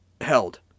held